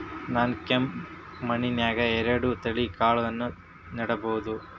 ನಾನ್ ಕೆಂಪ್ ಮಣ್ಣನ್ಯಾಗ್ ಎರಡ್ ತಳಿ ಕಾಳ್ಗಳನ್ನು ನೆಡಬೋದ?